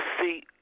see